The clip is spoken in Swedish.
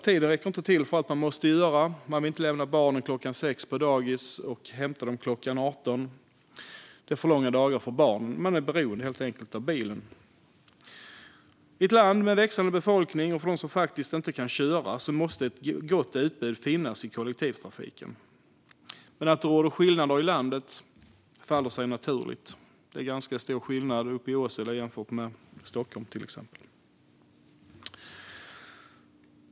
Tiden räcker inte för allt, och man vill inte lämna barnen på dagis klockan 6 och hämta dem klockan 18 eftersom det blir alltför långa dagar för barnen. Därför är man beroende av bilen. I ett land med växande befolkning och för dem som inte kan köra bil måste ett gott kollektivtrafikutbud finnas. Men att det råder skillnader i landet faller sig naturligt, till exempel mellan Åsele och Stockholm.